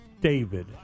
David